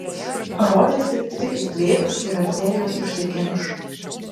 rodėsi tik įkvėpk ir arterijos užsikimš